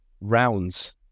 rounds